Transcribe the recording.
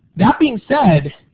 that being said,